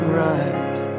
rise